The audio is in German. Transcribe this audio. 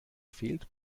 fehlt